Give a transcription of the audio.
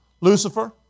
Lucifer